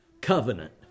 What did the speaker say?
covenant